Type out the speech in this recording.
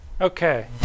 Okay